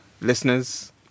listeners